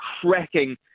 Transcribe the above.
cracking